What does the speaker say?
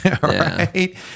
right